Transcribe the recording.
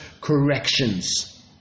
corrections